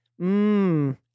Mmm